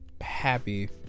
happy